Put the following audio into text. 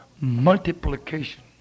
multiplication